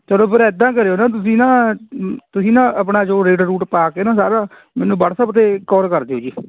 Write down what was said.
ਚਲੋ ਫਿਰ ਇੱਦਾਂ ਕਰਿਓ ਨਾ ਤੁਸੀਂ ਨਾ ਤੁਸੀਂ ਨਾ ਆਪਣਾ ਜੋ ਰੇਟ ਰੂਟ ਪਾ ਕੇ ਨਾ ਸਾਰਾ ਮੈਨੂੰ ਵਟਸਐਪ 'ਤੇ ਕਾਲ ਕਰਦਿਓ ਜੀ